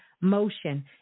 motion